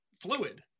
fluid